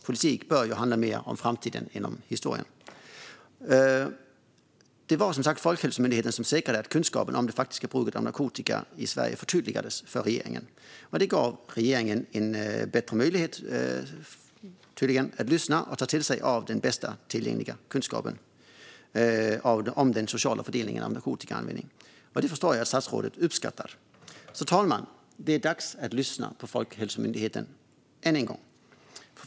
Politik bör ju handla mer om framtiden än om historien. Det var som sagt Folkhälsomyndigheten som säkrade att kunskapen om det faktiska bruket av narkotika i Sverige förtydligades för regeringen. Detta gav tydligen regeringen en bättre möjlighet att lyssna och ta till sig av "bästa tillgängliga kunskap" om den sociala fördelningen av narkotikaanvändning. Det förstår jag att statsrådet uppskattar. Fru talman! Det är dags att lyssna på Folkhälsomyndigheten än en gång.